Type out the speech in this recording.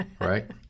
right